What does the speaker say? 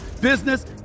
business